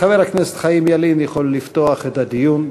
חבר הכנסת חיים ילין יכול לפתוח את הדיון.